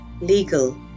legal